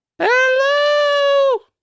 hello